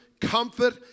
comfort